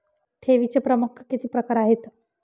ठेवीचे प्रमुख किती प्रकार आहेत?